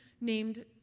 named